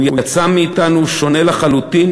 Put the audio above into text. יצא מאתנו שונה לחלוטין,